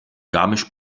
garmisch